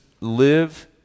live